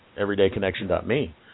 everydayconnection.me